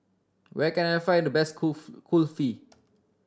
where can I find the best Kulfi